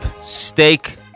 steak